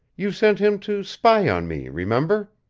you sent him to spy on me, remember.